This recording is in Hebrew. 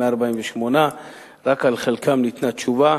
148. רק על חלקן ניתנה תשובה,